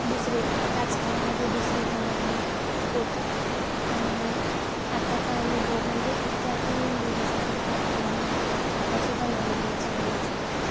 दुसरे त्याच कामामध्ये दुसरे कामं पण होतात त्यामुळे आत्ताचा अनुभव म्हणजे त्या पण दिवस आठवतात आणि हा आताच पण अनुभव चांगलेच आहेत